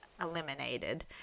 eliminated